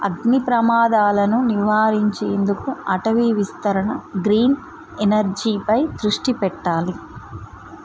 అగ్ని ప్రమాదాలను నివారించేందుకు అటవీ విస్తరణ గ్రీన్ ఎనర్జీపై దృష్టి పెట్టాలి